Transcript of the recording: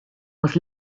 was